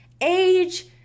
age